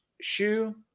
shoe